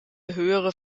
höhere